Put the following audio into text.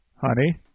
honey